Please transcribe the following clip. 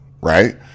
right